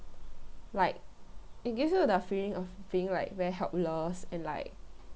like it gives you the feeling of being like very helpless and like